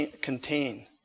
contain